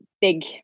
big